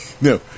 No